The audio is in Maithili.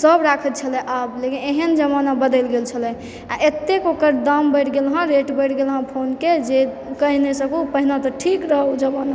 सभ राखैत छलय आब लेकिन एहन जमाना बदलि गेल छलय आ एतेक ओकर दाम बढ़ि गेल हँ रेट बढ़ि गेल हँ फोनके जे कहि नहि सकू पहिने तऽ ठीक रहऽ ओ जमाना